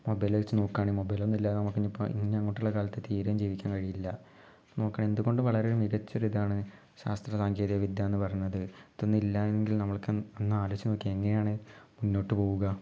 mobile വച്ച് നോക്കാണെ മൊബൈലൊന്നും ഇല്ലാതെ നമുക്ക് ഇനി ഇപ്പം ഇനി അങ്ങോട്ടുള്ള കാലത്ത് തീരെയും ജീവിക്കാൻ കഴിയില്ല അപ്പോൾ നോക്കണെ എന്തുകൊണ്ടും വളരെ മികച്ച ഒരു ഇതാണ് ശാസ്ത്ര സാങ്കേതിക വിദ്യ എന്ന് പറയുന്നത് ഇതൊന്നും ഇല്ല എങ്കിൽ നമ്മൾക്ക് ഒന്ന് ആലോജിച്ച് നോക്കിയെ എങ്ങനെയാണ് മുന്നോട്ട് പോവുക